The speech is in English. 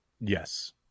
Yes